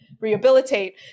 rehabilitate